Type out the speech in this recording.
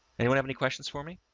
anyone have any questions for me?